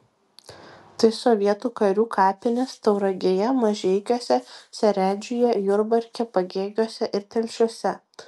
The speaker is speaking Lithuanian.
tai sovietų karių kapinės tauragėje mažeikiuose seredžiuje jurbarke pagėgiuose ir telšiuose